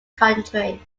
country